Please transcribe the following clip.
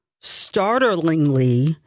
startlingly